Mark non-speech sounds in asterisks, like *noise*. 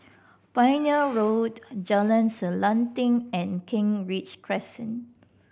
*noise* Pioneer Road Jalan Selanting and Kent Ridge Crescent